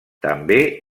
també